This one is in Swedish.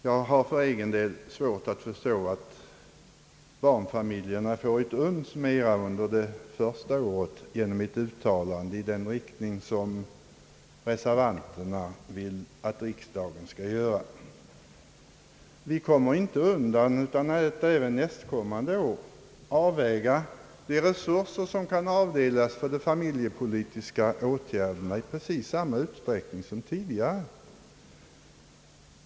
Jag har för egen del svårt att förstå att barnfamiljerna skulle få ett uns mera under det första året genom ett uttalande i denna riktning, vilket reservanterna vill att riksdagen skall göra. Vi kan inte undgå att även nästkommande år avväga de resurser, som skall avdelas för de familjepolitiska åtgärderna, i precis samma utsträckning som tidigare.